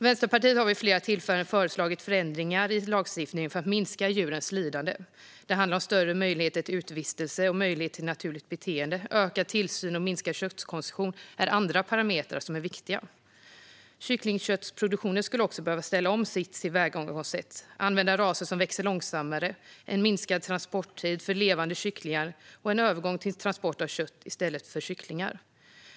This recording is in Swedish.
Vänsterpartiet har vid flera tillfällen föreslagit förändringar i lagstiftningen för att minska djurens lidande. Det handlar om större möjlighet till utevistelse och möjlighet till naturligt beteende. Ökad tillsyn och minskad köttkonsumtion är andra parametrar som är viktiga. Man skulle också behöva ställa om tillvägagångssättet inom kycklingköttsproduktionen. Det handlar om att använda raser som växer långsammare, om en minskad transporttid för levande kycklingar och om en övergång till transport av kött i stället för kycklingar.